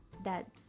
dads